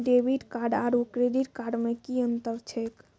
Debit card आरू credit card मे कि अन्तर छैक?